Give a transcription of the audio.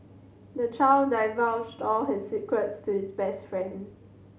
the child divulged all his secrets to his best friend